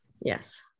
yes